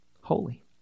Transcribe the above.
holy